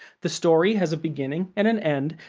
the story has a beginning and an end,